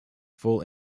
full